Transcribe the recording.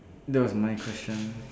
that was my question